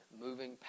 moving